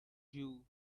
jew